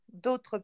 D'autres